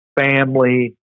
family